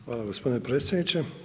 Hvala gospodine predsjedniče.